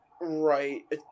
Right